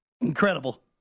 Incredible